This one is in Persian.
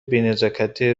بینزاکتی